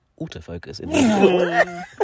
autofocus